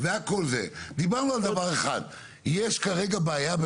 יש כרגע בעיה,